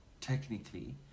technically